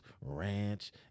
ranch